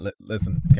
listen